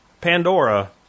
Pandora